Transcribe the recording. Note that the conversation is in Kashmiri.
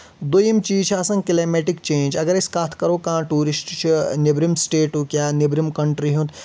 دوٚیِم چیٖز چھ آسان کلایمیٹک چینٛج اَگر أسۍ کَتھ کرو کانٛہہ ٹوٗرِسٹ چھِ نیٚبرِم سٹیٚٹُک یا نیبرِم کَنٹری ہُنٛد